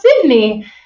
Sydney